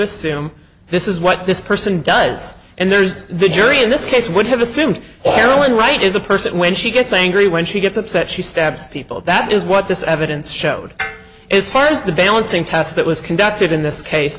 assume this is what this person does and there's the jury in this case would have assumed everyone right is a person when she gets angry when she gets upset she stabs people that is what this evidence showed as far as the balancing test that was conducted in this case